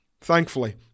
Thankfully